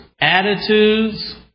attitudes